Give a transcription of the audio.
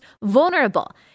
vulnerable